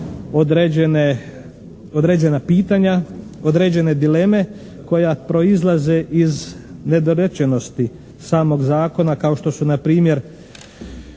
određena pitanja, određene dileme koja proizlaze iz nedorečenosti samog Zakona kao što su npr.